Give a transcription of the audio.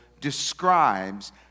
describes